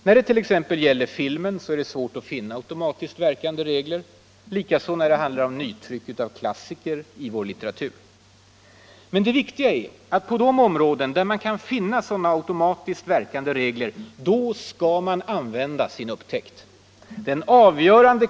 När det t.ex. gäller filmen är det svårt att finna automatiskt verkande regler; likaså när det handlar om nytryck av klassiker i vår litteratur. Men det viktiga är att på de områden där man kan finna sådana automatiskt verkande regler skall man använda sin upptäckt.